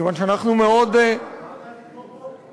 מכיוון שאנחנו מאוד גם אתה תתמוך בו?